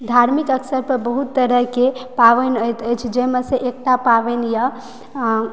धार्मिक स्थल तऽ बहुत तरह के पावनि होइत अछि जाहिमे सऽ एकटा पावनि यऽ